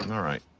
and all right.